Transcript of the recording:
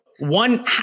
One